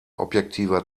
objektiver